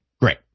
Great